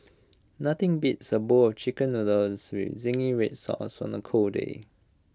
nothing beats A bowl of Chicken Noodles with Zingy Red Sauce on A cold day